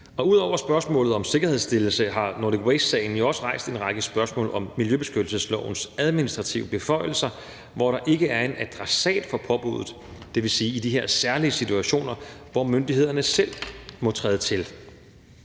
Ud over spørgsmålet om sikkerhedsstillelse har Nordic Waste-sagen også rejst en række spørgsmål om miljøbeskyttelseslovens administrative beføjelser, hvor der ikke er en adressat for påbuddet – det vil sige i de her særlige situationer, hvor myndighederne selv må træde til.